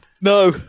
No